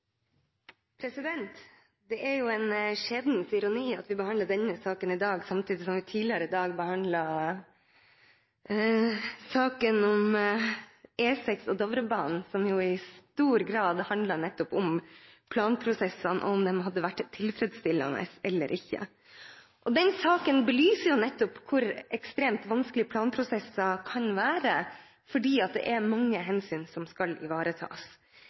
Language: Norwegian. en skjebnens ironi at vi behandler denne saken i dag, samtidig som vi tidligere i dag behandlet saken om E6 og Dovrebanen, som i stor grad handlet nettopp om planprosessene – om de hadde vært tilfredsstillende eller ikke. Den saken belyser jo nettopp hvor ekstremt vanskelig planprosesser kan være, fordi det er mange hensyn som skal ivaretas.